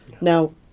Now